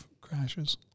crashes